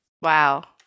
Wow